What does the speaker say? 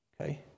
Okay